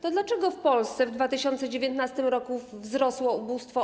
To dlaczego w Polsce w 2019 r. wzrosło ubóstwo?